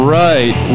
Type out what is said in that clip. right